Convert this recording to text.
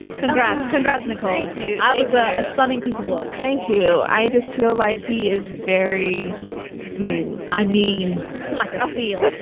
congrats congrats nicole thank you. i was like a stunning piece of work thank you. i just feel like he is very smooth i mean like a seal.